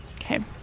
Okay